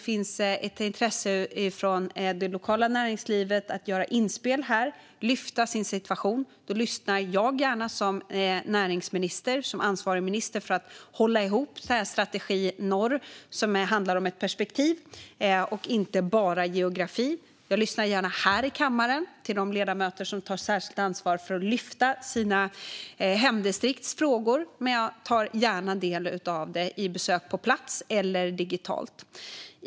Finns det intresse från det lokala näringslivet att göra inspel och lyfta upp sin situation lyssnar jag som ansvarig minister gärna för att hålla ihop strategi norr, som handlar om ett perspektiv och inte bara geografi. Jag lyssnar gärna här i kammaren till de ledamöter som tar särskilt ansvar för att lyfta upp sina hemdistrikts frågor, men jag tar även gärna del av det vid besök på plats eller digitalt.